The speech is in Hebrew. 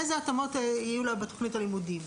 איזה התאמות יהיו לה בתכנית הלימודים.